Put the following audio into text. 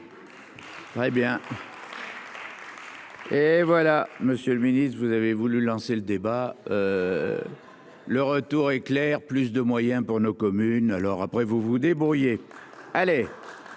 Oui, bien. Et voilà, Monsieur le Ministre, vous avez voulu lancer le débat. Le retour éclair plus de moyens pour nos communes. Alors après, vous vous débrouillez. Allez.